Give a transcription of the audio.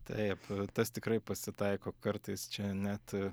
taip tas tikrai pasitaiko kartais čia net